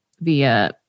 via